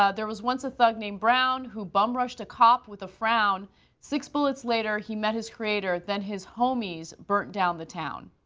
ah there was once a thug named brown who bum rushed a cop with a frown six bullets later he met his creator then his homies burnt down the town.